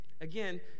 Again